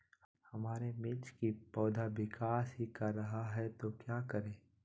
हमारे मिर्च कि पौधा विकास ही कर रहा है तो क्या करे?